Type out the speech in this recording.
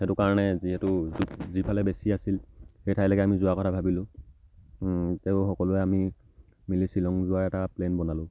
সেইটো কাৰণে যিহেতু যিফালে বেছি আছিল সেই ঠাইলৈকে আমি যোৱাৰ কথা ভাবিলোঁ তেওঁ সকলোৱে আমি মিলি শ্বিলং যোৱাৰ এটা প্লেন বনালোঁ